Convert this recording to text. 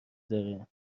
داره